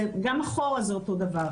גם אחורה זה אותו דבר.